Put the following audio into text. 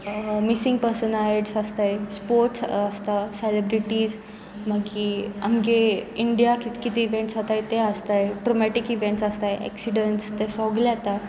missing personalities आसताय sports आसता celebrities मागीर आमगे इंडिया कित कितें इवेंट्स जाताय ते आसताय ट्रोमेटीक इवेंट्स आसताय एक्सिडंटस ते सगले येता